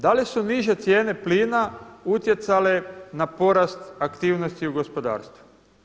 Da li su niže cijene plina utjecale na porast aktivnosti u gospodarstvu?